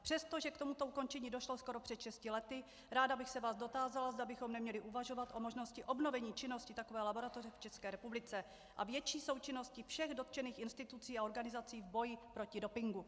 Přestože k tomuto ukončení došlo skoro před šesti lety, rády bych se vás dotázala, zda bychom neměli uvažovat o možnosti obnovení činnosti takové laboratoře v České republice a větší součinnosti všech dotčených institucí a organizací v boji proti dopingu.